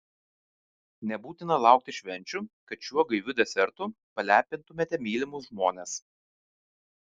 nebūtina laukti švenčių kad šiuo gaiviu desertu palepintumėte mylimus žmones